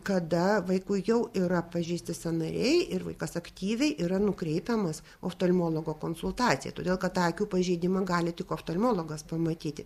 kada vaikui jau yra pažeisti sąnariai ir vaikas aktyviai yra nukreipiamas oftalmologo konsultacijai todėl kad tą akių pažeidimą gali tik oftalmologas pamatyti